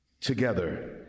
together